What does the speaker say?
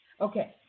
okay